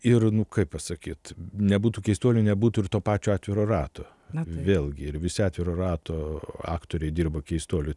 ir nu kaip pasakyt nebūtų keistuolių nebūtų ir to pačio atviro rato vėlgi visi atviro rato aktoriai dirba keistuolių teatre